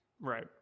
Right